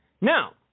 Now